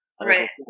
Right